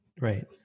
Right